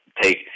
take